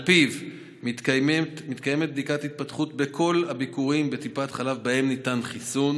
ועל פיו מתקיימת בדיקת התפתחות בכל הביקורים בטיפת חלב שבהם ניתן חיסון.